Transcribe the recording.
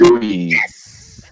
Yes